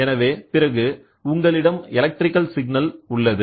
எனவே பிறகு உங்களிடம் எலக்ட்ரிக்கல் சிக்னல் உள்ளது